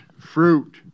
fruit